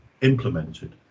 implemented